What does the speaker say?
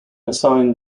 assigned